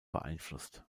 beeinflusst